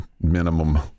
minimum